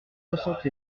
soixante